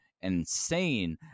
insane